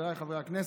חבריי חברי הכנסת,